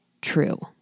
true